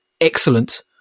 excellent